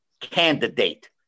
candidate